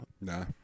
nah